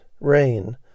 rain